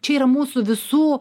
čia yra mūsų visų